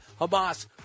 Hamas